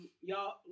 y'all